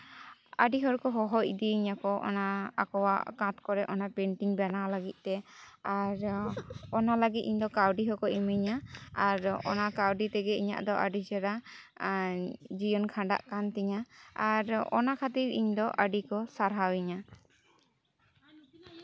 ᱟᱹᱰᱤ ᱦᱚᱲ ᱠᱚ ᱦᱚᱦᱚ ᱤᱫᱤᱭᱤᱧᱟᱹ ᱠᱚ ᱚᱱᱟ ᱟᱠᱚᱣᱟᱜ ᱠᱟᱯ ᱠᱚᱨᱮ ᱚᱱᱟ ᱯᱮᱱᱴᱤᱝ ᱵᱮᱱᱟᱣ ᱞᱟᱹᱜᱤᱫᱛᱮ ᱟᱨ ᱚᱱᱟ ᱞᱟᱹᱜᱤᱫ ᱤᱧ ᱫᱚ ᱠᱟᱹᱣᱰᱤ ᱦᱚᱸᱠᱚ ᱤᱢᱟᱹᱧᱟ ᱟᱨ ᱚᱱᱟ ᱠᱟᱹᱣᱰᱤ ᱛᱮᱜᱮ ᱤᱧᱟᱹᱜ ᱫᱚ ᱟᱹᱰᱤ ᱪᱮᱨᱦᱟ ᱡᱤᱭᱚᱱ ᱠᱷᱟᱸᱰᱟᱜ ᱠᱟᱱ ᱛᱤᱧᱟᱹ ᱟᱨ ᱚᱱᱟ ᱠᱷᱟᱹᱛᱤᱨ ᱤᱧ ᱫᱚ ᱟᱹᱰᱤ ᱠᱚ ᱥᱟᱨᱦᱟᱣᱤᱧᱟᱹ